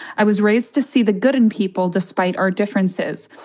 i was raised to see the good in people despite our differences.